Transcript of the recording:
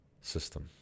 system